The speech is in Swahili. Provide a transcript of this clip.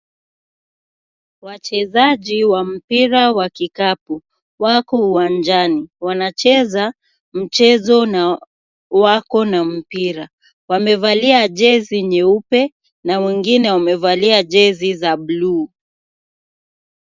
Wachezaji wa mpira wa kikapu wako uwanjani ,wanacheza mchezo na wako na mpira ,wamevalia jezi nyeupe na wengine wamevalia jezi za bluu.